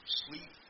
sleep